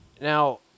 Now